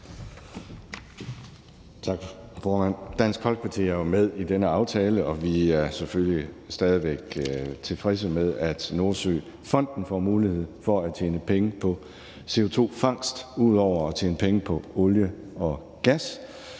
Dansk Folkeparti er jo med i denne aftale, og vi er selvfølgelig stadig væk tilfredse med, at Nordsøfonden får mulighed for at tjene penge på CO2-fangst ud over at tjene penge på olie og gas.